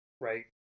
right